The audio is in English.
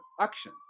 action